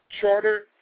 charter